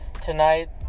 tonight